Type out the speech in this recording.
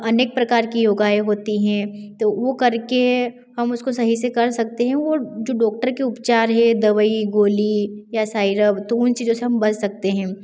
अनेक प्रकार के योगाएँ होती हैं तो वे करके हम उसको सही से कर सकते हैं वे जो डॉक्टर के उपचार हैं दवाई गोली या सायराब तो उन चीज़ों से हम बच सकते हैं